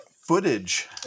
footage